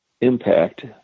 impact